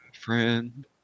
friend